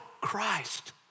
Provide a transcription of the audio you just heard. Christ